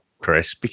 chris